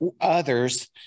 others